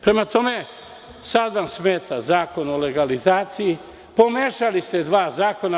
Prema tome, sada vam smeta Zakon o legalizaciji, pomešali ste dva zakona.